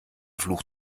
fluch